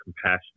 compassion